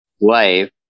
wife